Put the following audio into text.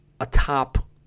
atop